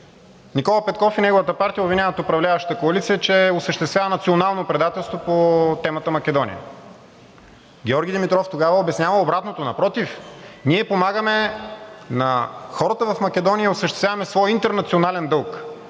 Никола Петков и неговата партия обвиняват управляващата коалиция, че осъществява национално предателство по темата Македония. Георги Димитров тогава обяснява обратното – напротив, ние помагаме на хората в Македония и осъществяваме своя интернационален дълг.